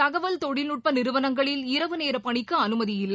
தகவல் தொழில்நுட்பநிறுவனங்களில் இரவு நேரபணிக்குஅனுமதி இல்ளல